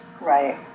Right